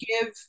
give